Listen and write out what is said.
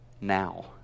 now